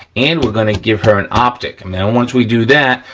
and we're gonna give her an optic and then once we do that,